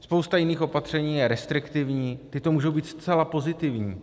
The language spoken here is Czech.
Spousta jiných opatření je restriktivních, tato můžou být zcela pozitivní.